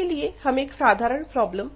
उदाहरण के लिए हम एक साधारण प्रॉब्लम